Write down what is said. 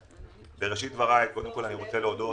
בראשית דברי אני רוצה להודות